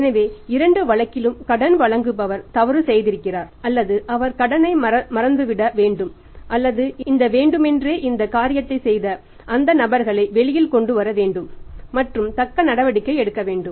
எனவே இரண்டு வழக்கிலும் கடன் வழங்குபவர் தவறு செய்திருக்கிறார் அல்லது அவரது கடனை மறந்துவிட வேண்டும் அல்லது இந்த வேண்டுமென்றே இந்த காரியத்தை செய்த அந்த நபர்களை வெளியில் கொண்டு வரவேண்டும் மற்றும் தக்க நடவடிக்கை எடுக்க வேண்டும்